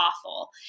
awful